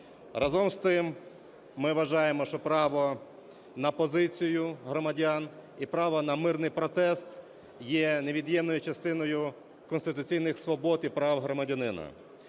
Разом з тим, ми вважаємо, що право на позицію громадян і право на мирний протест є невід'ємною частиною конституційних свобод і прав громадянина.